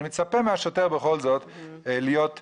בכל זאת אני מצפה מהשוטר להיות אדיב,